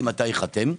ייחתם.